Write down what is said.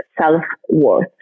self-worth